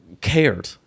cared